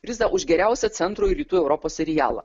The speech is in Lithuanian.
prizą už geriausią centro ir rytų europos serialą